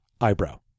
eyebrow